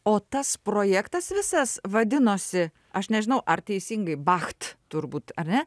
o tas projektas visas vadinosi aš nežinau ar teisingai bacht turbūt ar ne